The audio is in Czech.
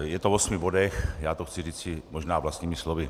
Je to o osmi bodech, já to chci říci možná vlastními slovy.